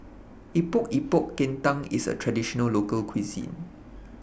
Epok Epok Kentang IS A Traditional Local Cuisine